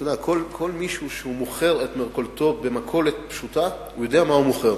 כל מי שמוכר את מרכולתו במכולת פשוטה יודע מה הוא מוכר,